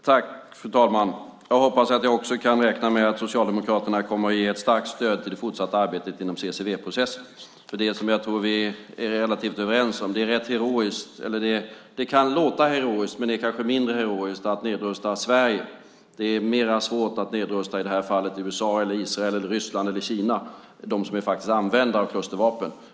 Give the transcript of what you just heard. Fru talman! Jag hoppas att jag också kan räkna med att Socialdemokraterna kommer att ge ett starkt stöd till det fortsatta arbetet inom CCW-processen. Det som jag tror att vi är relativt överens om är att det kan låta heroiskt men kanske är mindre heroiskt att nedrusta Sverige. Det är svårare i detta fall att nedrusta USA, Israel, Ryssland eller Kina, de som faktiskt är användare av klustervapen.